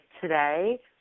today